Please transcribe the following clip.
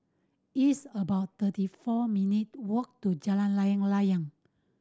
it's about thirty four minute walk to Jalan Layang Layang